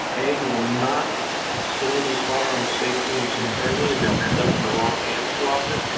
a, will not store those firearms safely and securely, and they'll end up in the wrong hands too often.